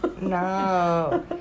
No